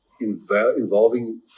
involving